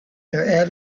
near